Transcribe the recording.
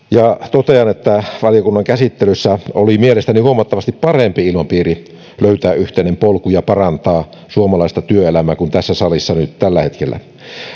totean että valiokunnan käsittelyssä oli mielestäni huomattavasti parempi ilmapiiri löytää yhteinen polku ja parantaa suomalaista työelämää kuin tässä salissa nyt tällä hetkellä